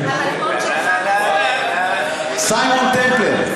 סיימון טמפלר.